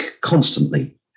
constantly